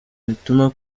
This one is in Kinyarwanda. bituma